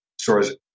stores